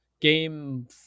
game